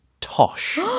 tosh